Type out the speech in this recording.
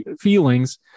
Feelings